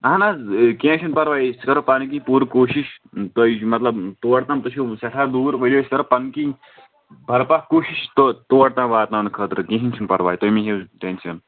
اَہن حظ کیٚنٛہہ چھُ نہٕ پرواے أسۍ کَرو پَنٕنۍ کِنۍ پوٗرٕ کوٗشش تۄہہِ مطلب تور تام تُہۍ چھِو سٮ۪ٹھاہ دوٗر ؤلِو أسۍ کَرو پَنٕنۍ کِنۍ برپا کوٗشِش تہٕ تور تان واتناونہٕ خٲطرٕ کِہینۍ چھُ نہٕ پرواے تُہۍ مہٕ ہیٚیو ٹینشن